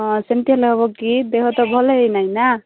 ହଁ ସେମତି ହେଲେ ହେବ କି ଦେହ ତ ଭଲ ହୋଇନାହିଁ ନାଁ